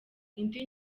indi